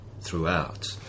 throughout